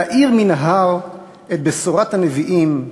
להאיר מן ההר את בשורת הנביאים,